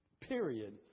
period